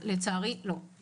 לצערי, לא.